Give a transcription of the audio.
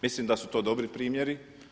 Mislim da su to dobri primjeri.